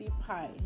pie